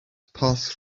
passed